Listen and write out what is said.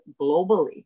globally